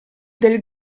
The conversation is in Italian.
del